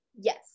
Yes